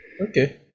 Okay